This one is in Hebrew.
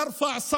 כדי שנרים קול